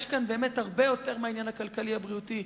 יש כאן באמת הרבה יותר מהעניין הכלכלי והבריאותי.